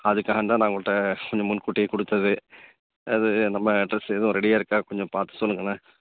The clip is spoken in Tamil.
அதுக்காக தான் நான் உங்கள்கிட்ட கொஞ்சம் முன்கூட்டியே கொடுத்ததே அது நம்ம ட்ரெஸ் எதுவும் ரெடியாக இருக்கா கொஞ்சம் பார்த்து சொல்லுங்களேன்